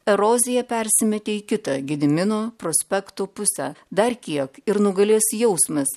erozija persimetė į kitą gedimino prospekto pusę dar kiek ir nugalės jausmas